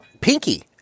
Pinky